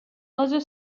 other